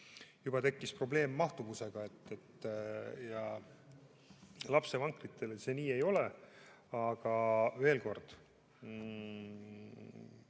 juba tekkis probleem mahtuvusega. Lapsevankritega see nii ei ole. Aga veel kord: